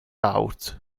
aut